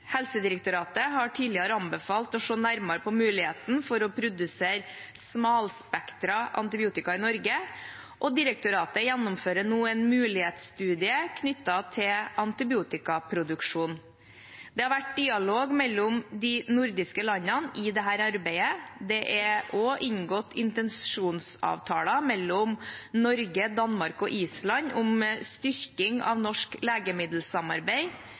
Helsedirektoratet har tidligere anbefalt å se nærmere på muligheten for å produsere smalspektret antibiotika i Norge, og direktoratet gjennomfører nå en mulighetsstudie knyttet til antibiotikaproduksjon. Det har vært dialog mellom de nordiske landene i dette arbeidet. Det er også inngått intensjonsavtaler mellom Norge, Danmark og Island om styrking av nordisk legemiddelsamarbeid,